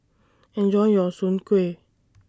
Enjoy your Soon Kway